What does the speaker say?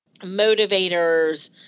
motivators